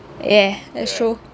yeah that's true